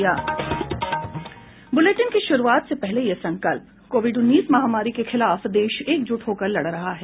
bulletin की शुरूआत से पहले ये संकल्प कोविड उन्नीस महामारी के खिलाफ देश एकजुट होकर लड़ रहा है